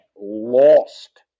lost